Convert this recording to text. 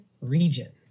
region